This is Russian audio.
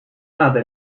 надо